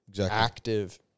active